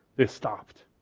they stopped.